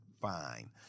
Fine